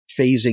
phasing